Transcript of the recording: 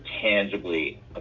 tangibly